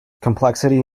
complexity